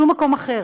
שום מקום אחר.